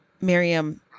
miriam